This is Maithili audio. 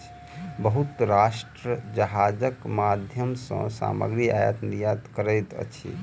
बहुत राष्ट्र जहाज के माध्यम सॅ सामग्री आयत निर्यात करैत अछि